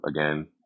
again